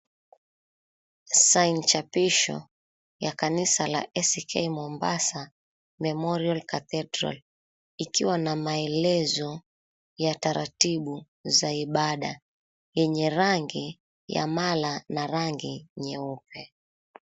Saini chapisho ya kanisa la ACK Mombasa Memorial Cathedral ikiwa na maelezo ya taratibu za ibada yenye rangi ya mala na rangi nyeupe.